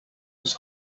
was